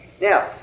Now